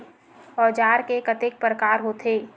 औजार के कतेक प्रकार होथे?